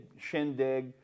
shindig